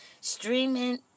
streaming